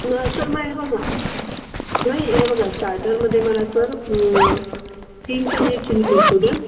मग सर मग हे बघा नाही हे बघा स्टार्टरमध्ये मला सर तीन पनीर चिली मंचुरियन